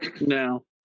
No